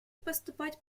поступать